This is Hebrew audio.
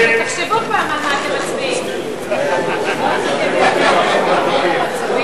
העלאת שיעור ההנחה בעד תרופות לאזרחים